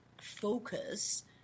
focus